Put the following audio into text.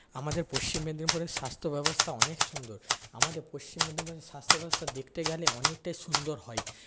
আমাদের পশ্চিম মেদিনীপুরের স্বাস্থ্যব্যবস্থা অনেক সুন্দর আমাদের পশ্চিম মেদিনীপুরের স্বাস্থ্যব্যবস্থা দেখতে গেলে অনেকটাই সুন্দর হয়